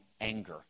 anger